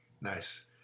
Nice